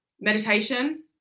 Meditation